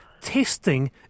testing